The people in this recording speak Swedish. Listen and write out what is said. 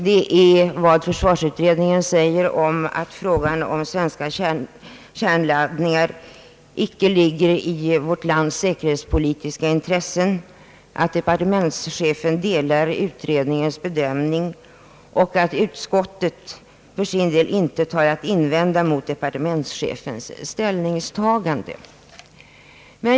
Det är försvarsutredningens förklaring abt kärnladdningar icke ligger i vårt lands säkerhetspolitiska intresse, att departementschefen delar utredningens bedömning och att utskottet för sin del intet har att invända mot departementschefens ställningstagande.